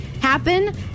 happen